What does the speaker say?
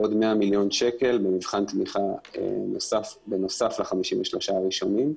עוד 100 מיליון שקל במבחן תמיכה בנוסף ל-53 הראשונים.